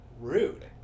Rude